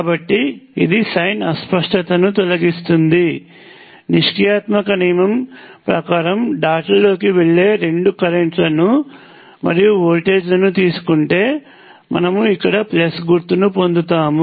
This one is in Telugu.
కాబట్టి ఇది సైన్ అస్పష్టతను తొలగిస్తుంది నిష్క్రియాత్మక నియమము ప్రకారం డాట్ లలోకి వెళ్లే రెండుకరెంట్ లను మరియు వోల్టేజ్లను తీసుకుంటే మనము ఇక్కడ ప్లస్ గుర్తును పొందుతాము